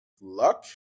luck